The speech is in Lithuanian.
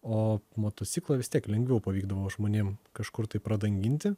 o motociklą vis tiek lengviau pavykdavo žmonėm kažkur pradanginti